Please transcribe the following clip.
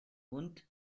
hund